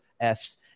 Fs